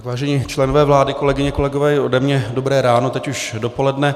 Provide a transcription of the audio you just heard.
Vážení členové vlády, kolegyně, kolegové, i ode mě dobré ráno, teď už dopoledne.